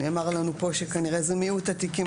נאמר לנו פה שכנראה זה מיעוט התיקים,